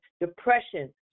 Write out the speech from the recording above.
depression